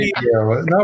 No